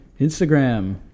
Instagram